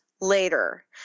later